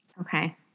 Okay